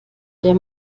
der